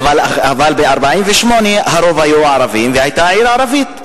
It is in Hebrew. אבל ב-1948 הרוב היו ערבים והיתה עיר ערבית.